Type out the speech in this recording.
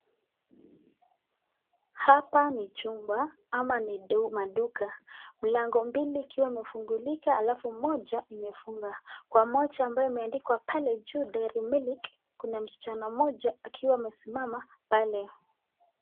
Hapa ni chumba ama ni maduka mlango mbili ikiwa imefungulika alafu moja imefungwa, kuna moja ambaye imeandikwa pale juu dairy milk ,kuna mschana moja akiwa amesimama pale.